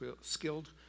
skilled